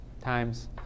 times